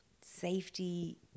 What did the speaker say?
safety